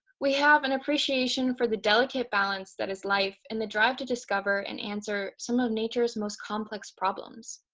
we have an appreciation for the delicate balance that is life and the drive to discover and answer some of nature's most complex problems.